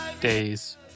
days